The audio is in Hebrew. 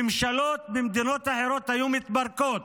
ממשלות במדינות אחרות היו מתפרקות